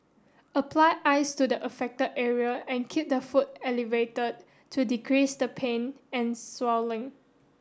apply ice to the affect area and keep the foot elevated to decrease the pain and swelling